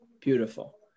Beautiful